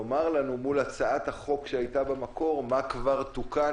לנו מול הצעת החוק שהייתה במקור מה כבר תוקן.